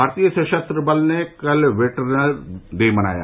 भारतीय सशस्त्र बल ने कल वेटरन डे मनाया